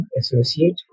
associate